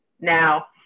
Now